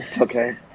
okay